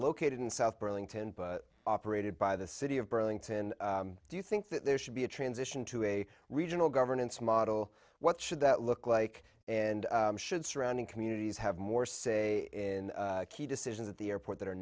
located in south burlington operated by the city of burlington do you think that there should be a transition to a regional governance model what should that look like and should surrounding communities have more say in key decisions at the airport that are